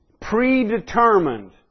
predetermined